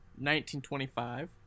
1925